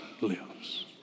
lives